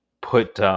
put